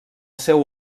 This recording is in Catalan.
seu